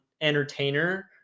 entertainer